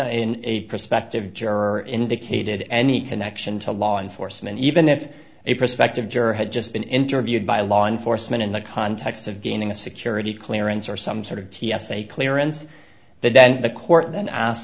when in a prospective juror indicated any connection to law enforcement even if a prospective juror had just been interviewed by law enforcement in the context of gaining a security clearance or some sort of t s a clearance then the court then ask